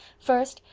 first,